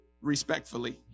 Respectfully